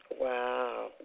Wow